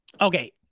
Okay